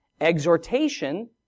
exhortation